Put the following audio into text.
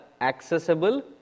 accessible